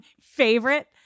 favorite